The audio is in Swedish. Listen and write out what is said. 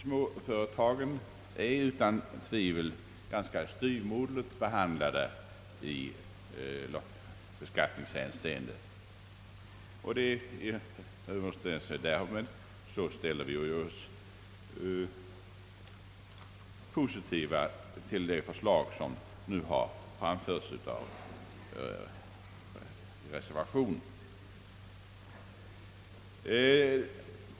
Småföretagen är utan tvivel ganska styvmoderligt behandlade i beskattningshänsende, och på grund härav ställde vi oss positiva till det förslag som nu har framförts i reservationen.